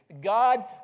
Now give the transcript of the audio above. God